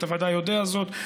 אתה ודאי יודע זאת,